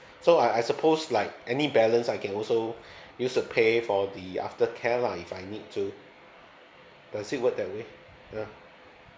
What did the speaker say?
so I I suppose like any balance I can also use to pay for the after care lah if I need to does it work that way you know